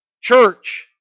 church